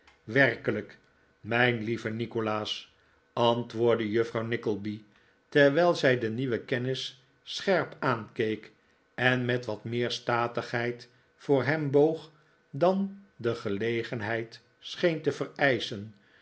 werkelijk mijn lieve nikolaas antwoordde juffrouw nickleby terwijl zij den nieuwen kennis scherp aankeek en met wat meer statigheid voor hem boog dan de gelegenheid scheen te